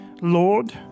Lord